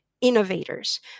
innovators